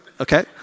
okay